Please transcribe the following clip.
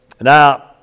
Now